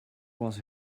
was